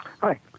Hi